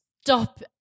Stop